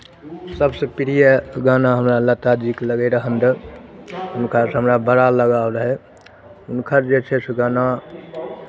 सभसँ प्रिय गाना हमरा लताजीके लगैत रहय हमरा हुनकासँ हमरा बड़ा लगाव रहय हुनकर जे छै से गाना